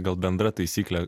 gal bendra taisyklė